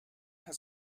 has